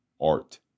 art